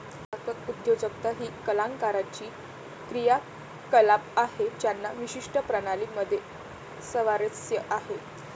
संस्थात्मक उद्योजकता ही कलाकारांची क्रियाकलाप आहे ज्यांना विशिष्ट प्रणाली मध्ये स्वारस्य आहे